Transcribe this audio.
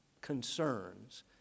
concerns